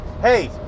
Hey